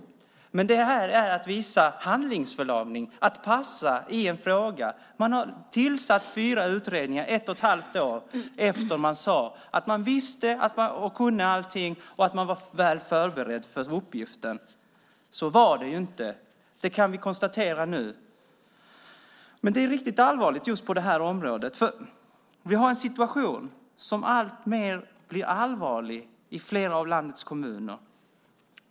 Det är att visa handlingsförlamning att passa i en fråga. Man har tillsatt fyra utredningar ett och ett halvt år efter det att man sade att man visste och kunde allting och var väl förberedd för uppgiften. Så var det ju inte. Det kan vi konstatera nu. Det är riktigt allvarligt på just det här området. Vi har en situation som blir alltmer allvarlig i flera av landets kommuner.